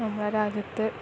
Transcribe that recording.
ഞങ്ങളെ രാജ്യത്ത്